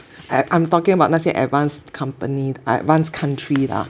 I I'm talking about 那些 advanced company advanced country lah